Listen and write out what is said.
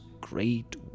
great